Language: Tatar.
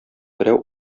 берәү